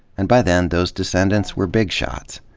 and by then, those descendants were big shots,